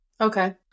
Okay